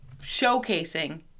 showcasing